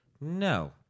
No